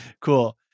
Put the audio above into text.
Cool